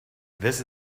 this